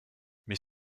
mais